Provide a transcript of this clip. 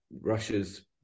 Russia's